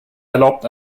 erlaubt